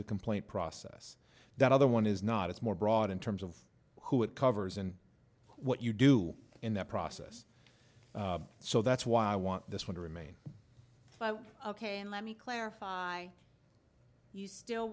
to complaint process that other one is not it's more broad in terms of who it covers and what you do in that process so that's why i want this one to remain ok and let me clarify you still